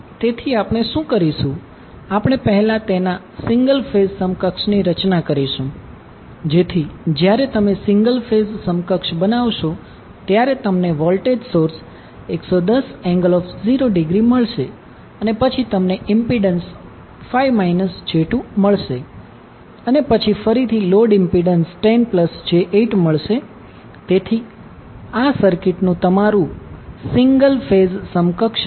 તેથી આપણે શું કરીશું આપણે પહેલા તેના સિંગલ ફેઝ સમકક્ષની રચના કરીશું જેથી જ્યારે તમે સિંગલ ફેઝ સમકક્ષ બનાવશો ત્યારે તમને વોલ્ટેજ સોર્સ 110∠0° મળશે અને પછી તમને ઇમ્પિડન્સ 5 j2 મળશે અને પછી ફરીથી લોડ ઇમ્પિડન્સ 10j8 મળશે તેથી આ આ સર્કિટનુ તમારુ સિંગલ ફેઝ સમકક્ષ હશે